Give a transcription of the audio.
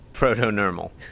Proto-normal